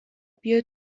بیا